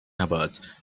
about